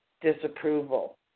disapproval